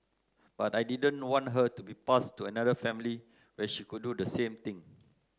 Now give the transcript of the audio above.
but I didn't want her to be passed to another family where she could do the same thing